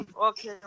okay